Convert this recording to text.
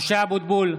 משה אבוטבול,